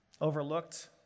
Overlooked